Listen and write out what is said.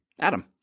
Adam